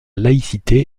laïcité